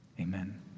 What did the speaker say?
Amen